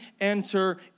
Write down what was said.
enter